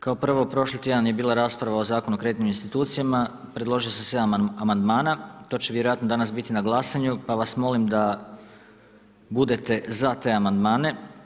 Kao prvo, prošli tjedan je bila rasprava o Zakonu o kreditnim institucijama, predložio sam 7 amandmana, to će vjerojatno danas biti na glasanju pa vas molim da budete za te amandmane.